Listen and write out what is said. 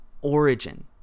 origin